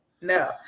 No